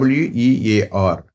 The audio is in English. wear